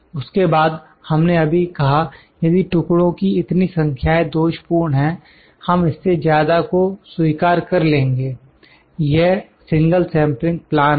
उसके बाद हमने अभी कहा यदि टुकड़ों की इतनी संख्याएं दोषपूर्ण हैं हम इससे ज्यादा को स्वीकार कर लेंगे यह सिंगल सेंपलिंग प्लान है